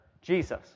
Jesus